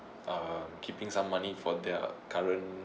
uh keeping some money for their current